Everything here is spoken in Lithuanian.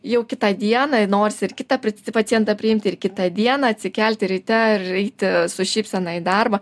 jau kitą dieną norisi ir kitą pri pacientą priimt ir kitą dieną atsikelti ryte ir eiti su šypsena į darbą